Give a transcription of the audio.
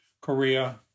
Korea